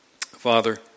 Father